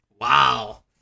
Wow